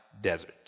desert